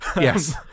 Yes